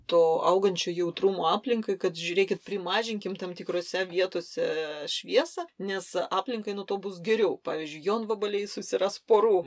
to augančio jautrumo aplinkai kad žiūrėkit primažinkim tam tikrose vietose šviesą nes aplinkai nuo to bus geriau pavyzdžiui jonvabaliai susiras porų